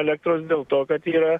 elektros dėl to kad yra